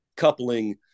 Coupling